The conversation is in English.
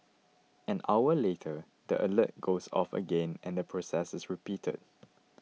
an hour later the alert goes off again and the process is repeated